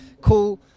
cool